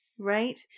right